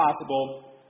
possible